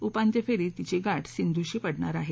उपात्यफेरीत तिची गाठ सिधूंशी पडणार आहे